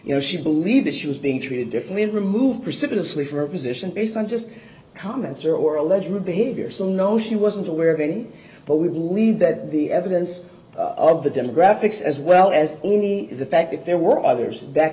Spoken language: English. you know she believed that she was being treated differently and remove precipitously for a position based on just comments or or alleged behavior so no she wasn't aware of any but we believe that the evidence of the demographics as well as any the fact that there were others that